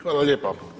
Hvala lijepa.